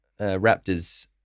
Raptors